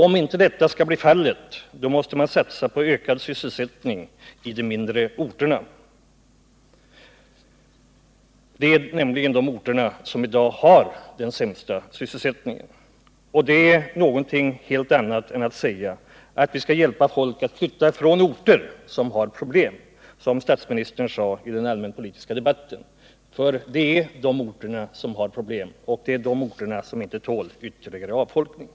Om inte detta skall bli fallet, måste man satsa på en ökad sysselsättning inom de mindre orterna, som i dag har den sämsta sysselsättningen. Att resonera så är någonting helt annat än att säga att vi skall hjälpa folk att flytta ifrån orter som har problem, såsom statsministern sade i den allmänpolitiska debatten. Det är de små orterna som har problem och som inte tål ytterligare avfolkning.